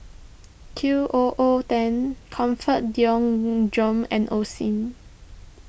Q O O ten Comfort and Osim